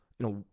you know,